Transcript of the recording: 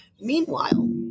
Meanwhile